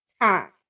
time